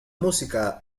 música